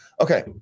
Okay